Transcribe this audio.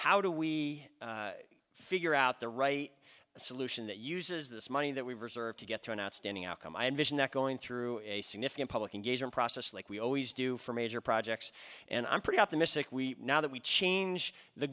how do we figure out the right solution that uses this money that we've reserved to get to an outstanding outcome i envision echoing through a significant public engagement process like we always do for major projects and i'm pretty optimistic we now that we change the